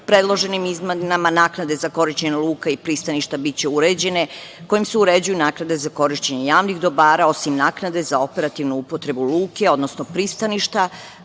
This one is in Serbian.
vodama. Predloženim izmenama naknade za korišćenje luka i pristaništa biće uređene kojim se uređuju naknade za korišćenje javnih dobara, osim naknade za operativnu upotrebu luke, odnosno pristaništa